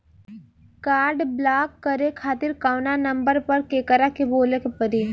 Card block करे खातिर कवना नंबर पर केकरा के बोले के परी?